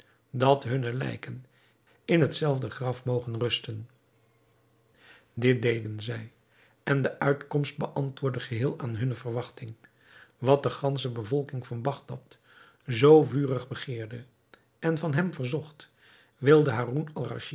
dat hunne lijken in het zelfde graf mogen rusten dit deden zij en de uitkomst beantwoordde geheel aan hunne verwachting wat de gansche bevolking van bagdad zoo vurig begeerde en van hem verzocht wilde